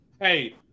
hey